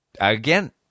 Again